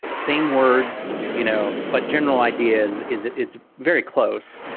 same words, you know, but general ideas is it's very close.